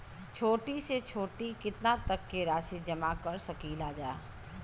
छोटी से छोटी कितना तक के राशि जमा कर सकीलाजा?